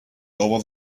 over